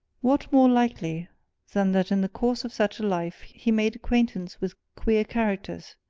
what more likely than that in the course of such a life he made acquaintance with queer characters,